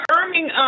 earning